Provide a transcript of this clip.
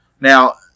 Now